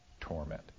torment